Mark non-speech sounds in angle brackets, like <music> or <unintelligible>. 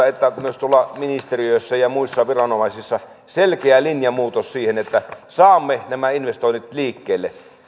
<unintelligible> että myös tuolla ministeriöissä ja muissa viranomaisissa selkeä linjanmuutos että saamme nämä investoinnit liikkeelle